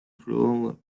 cruel